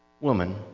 Woman